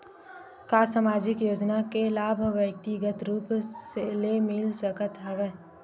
का सामाजिक योजना के लाभ व्यक्तिगत रूप ले मिल सकत हवय?